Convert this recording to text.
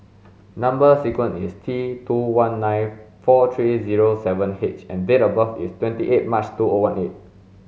number sequence is T two one nine four three zero seven H and date of birth is twenty eight March two O one eight